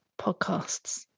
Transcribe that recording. podcasts